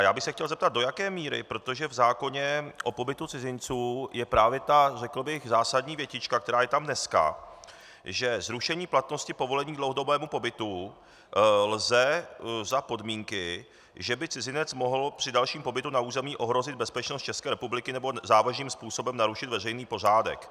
Já bych se chtěl zeptat, do jaké míry, protože v zákoně o pobytu cizinců je právě ta, řekl bych, zásadní větička, která je tam dneska, že zrušení platnosti povolení k dlouhodobému pobytu lze za podmínky, že by cizinec mohl při dalším pobytu na území ohrozit bezpečnost České republiky nebo závažným způsobem narušit veřejný pořádek.